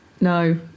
no